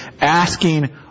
asking